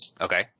Okay